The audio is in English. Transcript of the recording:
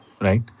right